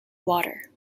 water